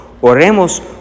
Oremos